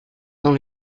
dans